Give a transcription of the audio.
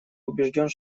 убежден